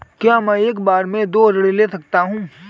क्या मैं एक बार में दो ऋण ले सकता हूँ?